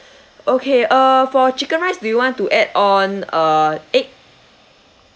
okay uh for chicken rice do you want to add on a egg